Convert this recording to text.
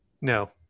no